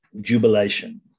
jubilation